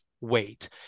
wait